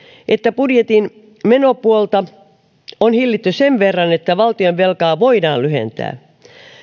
että budjetin menopuolta on hillitty sen verran että valtionvelkaa voidaan lyhentää